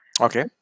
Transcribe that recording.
Okay